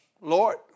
Lord